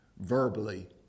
verbally